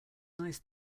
nice